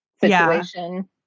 situation